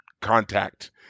contact